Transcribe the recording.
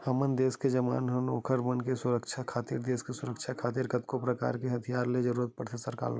हमर देस के जवान मन बर ओखर मन के सुरक्छा खातिर देस के सुरक्छा खातिर कतको परकार के हथियार ले के जरुरत पड़थे सरकार ल